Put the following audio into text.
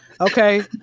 Okay